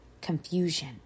confusion